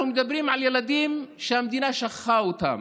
אנחנו מדברים על ילדים שהמדינה שכחה אותם.